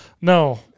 No